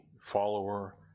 follower